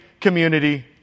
Community